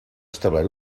establert